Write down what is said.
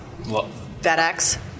FedEx